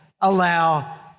allow